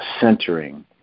centering